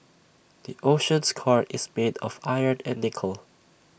the Earth's core is made of iron and nickel